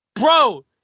Bro